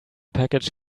package